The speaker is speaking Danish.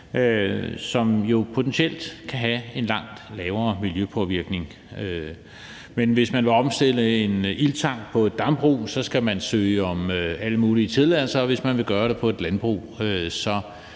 jo potentielt kan have en langt lavere miljøpåvirkning, men hvis man vil omstille en ildtang på et dambrug, skal man søge om alle mulige tilladelser, og hvis man vil gøre det på et landbrug,